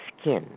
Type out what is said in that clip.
skin